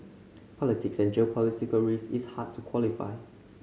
politics and geopolitical risk is hard to quantify